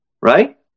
right